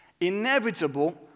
inevitable